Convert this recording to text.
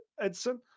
Edson